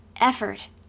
effort